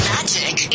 Magic